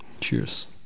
Cheers